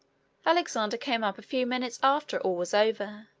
alexander came up a few minutes after all was over.